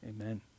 Amen